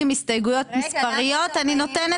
הסתייגות מספר 2. סעיף